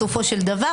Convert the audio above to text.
בסופו של דבר,